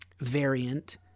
variant